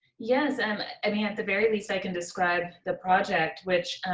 yes, i'm ah i mean, at the very least, i can describe the project which